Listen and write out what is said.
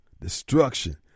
Destruction